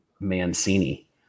Mancini